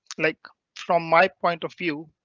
like from my point of view.